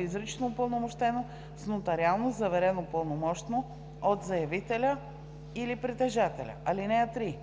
изрично упълномощено с нотариално заверено пълномощно от заявителя или притежателя. (3)